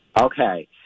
Okay